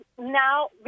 now